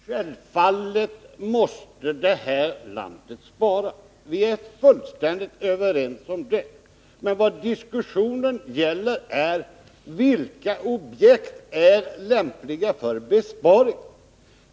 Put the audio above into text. Herr talman! Självfallet måste det här landet spara, vi är fullständigt överens om det. Men vad diskussionen gäller är vilka objekt som är lämpliga för besparing.